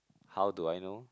how do I know